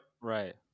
Right